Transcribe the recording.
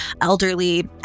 elderly